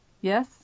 Yes